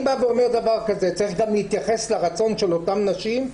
אני בא ואומר דבר כזה: צריך גם להתייחס לרצון של אותן נשים.